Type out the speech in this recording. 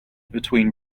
between